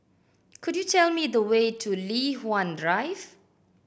could you tell me the way to Li Hwan Drive